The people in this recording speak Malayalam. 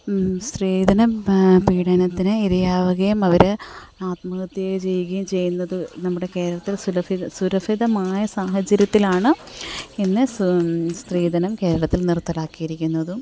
സ്ത്രീധന പീഡനത്തിന് ഇരയാവുകയും അവർ ആത്മഹത്യ ചെയ്യുകയും ചെയ്യുന്നത് നമ്മുടെ കേരളത്തിൽ സുരഭിതമായ സാഹചര്യത്തിലാണ് ഇന്ന് സ്ത്രീധനം കേരളത്തിൽ നിർത്തലാക്കി ഇരിക്കുന്നതും